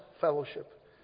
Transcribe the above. fellowship